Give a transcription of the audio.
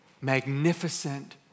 magnificent